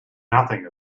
nothing